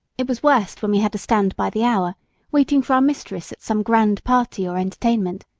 it was worst when we had to stand by the hour waiting for our mistress at some grand party or entertainment,